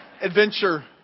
adventure